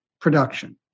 production